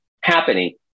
happening